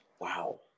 Wow